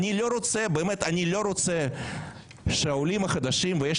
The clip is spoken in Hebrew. אני לא רוצה שהעולים החדשים ובשנה